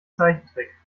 zeichentrick